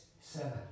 seven